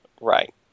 Right